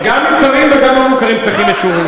גם מוכרים וגם לא מוכרים צריכים אישורים.